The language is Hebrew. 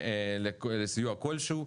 זכאים לסיוע כלשהוא.